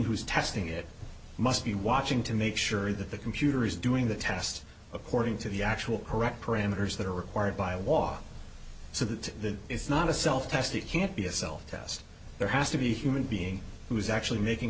who's testing it must be watching to make sure that the computer is doing the test according to the actual correct parameters that are required by law so that that is not a self test it can't be a self test there has to be a human being who is actually making